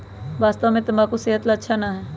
वास्तव में तंबाकू सेहत ला अच्छा ना है